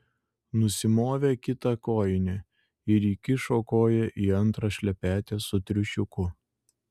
nusimovė kitą kojinę ir įkišo koją į antrą šlepetę su triušiuku